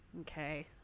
Okay